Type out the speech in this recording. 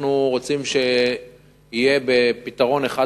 אנחנו רוצים שיהיה פתרון אחד כולל,